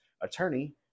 attorney